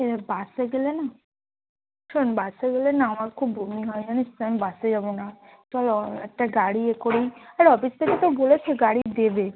এ বাসে গেলে না শোন বাসে গেলে না আমার খুব বমি হয় জানিস তো আমি বাসে যাবো না চল একটা গাড়ি করেই আর অফিস থেকে তো বলেছে গাড়ি দেবে